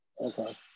okay